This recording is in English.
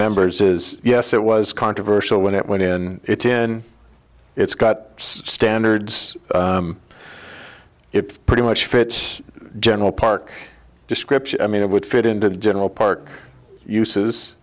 members is yes it was controversial when it went in it's in it's got standards it pretty much fits general park description i mean it would fit into the general park uses